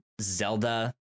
Zelda